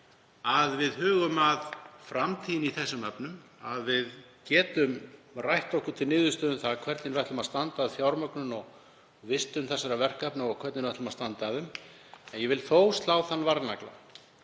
að við hugum að framtíðinni í þessum efnum, að við getum rætt okkur til niðurstöðu um það hvernig við ætlum að standa að fjármögnun og vistun þessara verkefna og hvernig við ætlum að standa að þeim. En ég vil þó slá þann varnagla